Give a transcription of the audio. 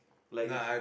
like it's